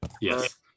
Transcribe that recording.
Yes